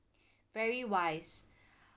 very wise